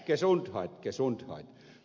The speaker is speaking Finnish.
kesun vai kesun uskoi